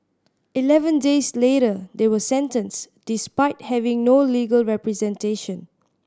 eleven days later they were sentenced despite having no legal representation